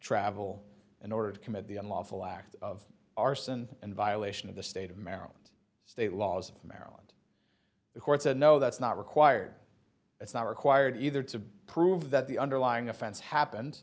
travel in order to commit the unlawful act of arson in violation of the state of maryland state laws of maryland the court said no that's not required it's not required either to prove that the underlying offense happened